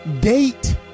date